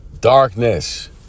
darkness